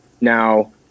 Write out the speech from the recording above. Now